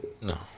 No